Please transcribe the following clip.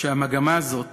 שהמגמה הזאת